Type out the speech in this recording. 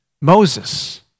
Moses